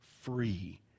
free